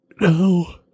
No